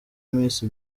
miss